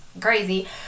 crazy